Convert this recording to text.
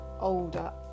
older